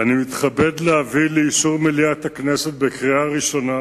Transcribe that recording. אני מתכבד להביא לאישור מליאת הכנסת בקריאה ראשונה